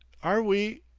are we?